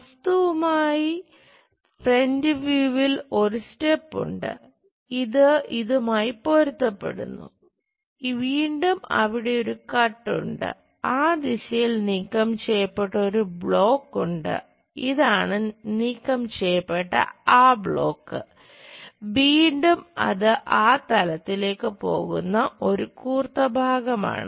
വസ്തുവിന്റെ ഫ്രന്റ് വ്യൂവിൽ വീണ്ടും അത് ആ തലത്തിലേക്ക് പോകുന്ന കൂർത്ത ഒരു ഭാഗമാണ്